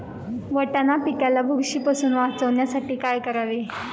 वाटाणा पिकाला बुरशीपासून वाचवण्यासाठी काय करावे?